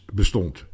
bestond